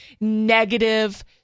negative